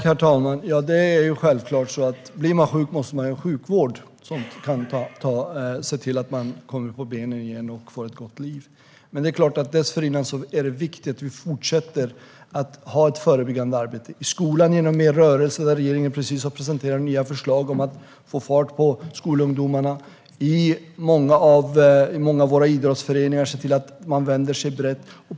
Herr talman! Blir man sjuk måste man självklart ha sjukvård så att man kommer på benen igen och får ett gott liv. Men dessförinnan är det såklart viktigt att vi fortsätter med förebyggande arbete. Det ska ske i skolan genom mer rörelse; regeringen har precis presenterat nya förslag om att få fart på skolungdomarna. I många av våra idrottsföreningar måste vi se till att man vänder sig brett.